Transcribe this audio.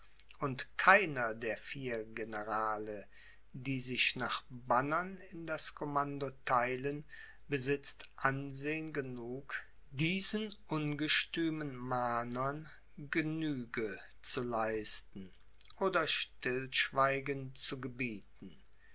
und keiner der vier generale die sich nach bannern in das commando theilen besitzt ansehen genug diesen ungestümen mahnern genüge zu leisten oder stillschweigen zu gebieten